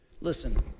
Listen